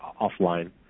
offline